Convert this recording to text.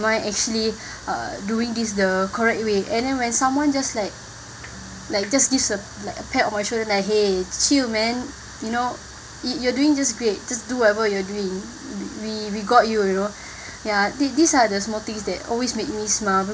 am I actually uh doing this the correct way and then when someone just like like just gives a like a pat on my shoulder that !hey! chill man you know it you're doing just great to do whatever you're doing we we got you you know ya these there are the small things that always makes me smile